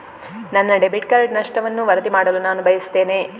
ನನ್ನ debit card ನಷ್ಟವನ್ನು ವರದಿ ಮಾಡಲು ನಾನು ಬಯಸ್ತೆನೆ